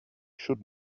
should